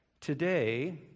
today